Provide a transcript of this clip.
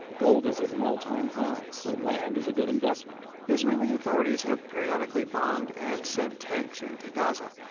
gold is at an all-time high. so land is a good investment israeli authorities have periodically bombed and sent tanks into gaza.